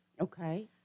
Okay